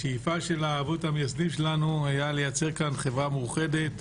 השאיפה של האבות המייסדים שלנו הייתה לייצר כאן חברה מאוחדת,